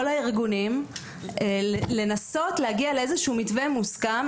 הארגונים לנסות להגיע לאיזשהו מתווה מוסכם.